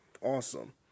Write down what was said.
Awesome